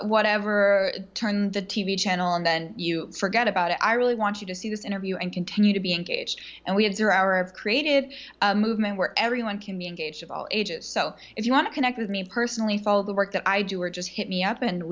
whatever turn the t v channel and then you forget about it i really want you to see this interview and continue to be engaged and we have zero hour of creative movement where everyone can be engaged of all ages so if you want to connect with me personally for all the work that i do or just hit me up and